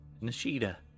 Nishida